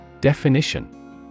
Definition